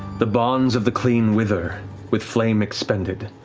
the bonds of the clean wither with flame expended.